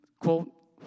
quote